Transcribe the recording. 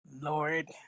Lord